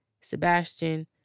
Sebastian